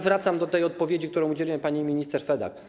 Wracam do tej odpowiedzi, której udzieliłem pani minister Fedak.